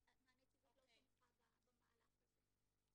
הנציבות לא תמכה במהלך הזה.